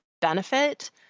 benefit